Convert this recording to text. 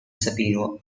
sabino